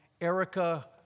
Erica